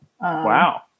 Wow